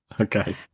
Okay